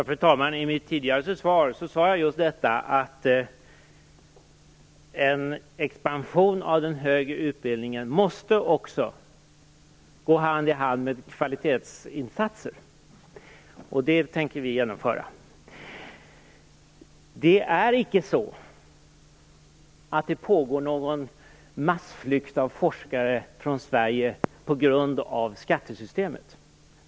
Fru talman! I mitt tidigare svar sade jag just att en expansion av den högre utbildningen måste gå hand i hand med kvalitetsinsatser. Det tänker vi genomföra. Det pågår inte någon massflykt av forskare från Sverige på grund av skattesystemet.